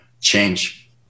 change